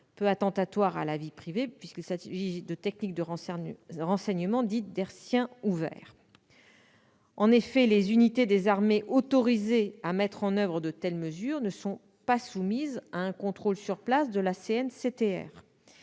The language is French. peu attentatoires à la vie privée, c'est-à-dire relevant de techniques dites de « hertzien ouvert ». En effet, les unités des armées autorisées à mettre en oeuvre de telles mesures ne sont pas soumises à un contrôle sur place de la CNCTR,